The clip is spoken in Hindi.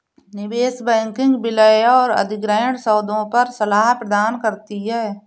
निवेश बैंकिंग विलय और अधिग्रहण सौदों पर सलाह प्रदान करती है